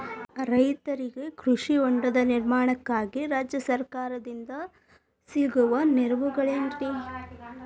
ರೈತರಿಗೆ ಕೃಷಿ ಹೊಂಡದ ನಿರ್ಮಾಣಕ್ಕಾಗಿ ರಾಜ್ಯ ಸರ್ಕಾರದಿಂದ ಸಿಗುವ ನೆರವುಗಳೇನ್ರಿ?